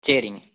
சரிங்க